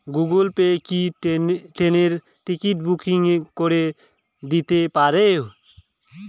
Google Pay কি ট্রেনের ticket booking করে দিতে পারে?